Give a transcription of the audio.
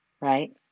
right